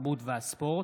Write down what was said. התרבות והספורט,